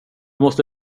måste